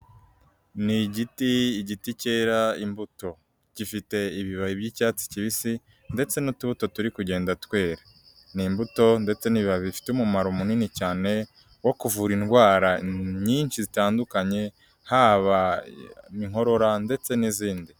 Ni igiti igiti cyera imbuto, gifite ibibabi by'icyatsi kibisi ndetse n'utubuto turi kugenda twera, ni imbuto ndetse n'ibiba bifite umumaro munini cyane wo kuvura indwara nyinshi zitandukanye haba inkorora ndetse n'izindi.